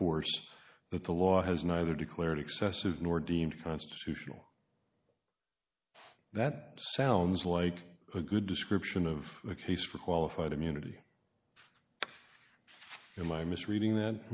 force but the law has neither declared excessive nor deemed unconstitutional that sounds like a good description of a case for qualified immunity in my mis reading that